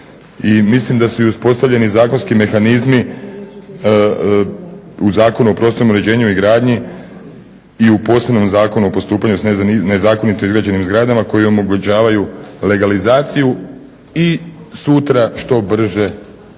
mislim da su i uspostavljeni zakonski mehanizmi u Zakonu o prostornom uređenju i gradnji i u posebnom Zakonu o postupanju s nezakonito izgrađenim zgradama koji omogućavaju legalizaciju i sutra što brže legalnu